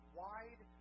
wide